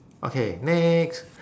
okay next